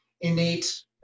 innate